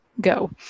go